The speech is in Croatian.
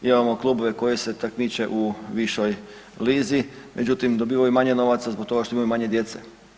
Imamo klubove koji se takmiče u višoj lizi, međutim dobivaju manje novaca zbog toga što imaju manje djece.